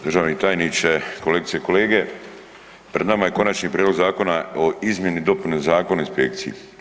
Državni tajniče, kolegice i kolege pred nama je Konačni prijedlog zakona o izmjeni i dopuni Zakona o inspekciji.